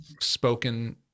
spoken